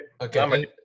Okay